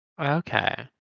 Okay